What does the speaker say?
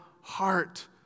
heart